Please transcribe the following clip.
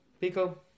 Pico